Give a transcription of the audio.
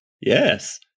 yes